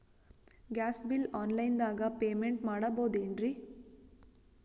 Gas bill online ದಾಗ payment ಮಾಡಬೋದೇನ್ರಿ?